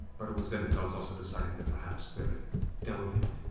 but it was then the gods also decided that perhaps their delving